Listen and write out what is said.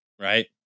right